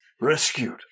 rescued